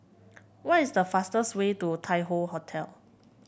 what is the fastest way to Tai Hoe Hotel